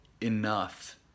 enough